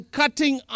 cutting